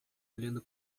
olhando